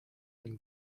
when